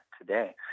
today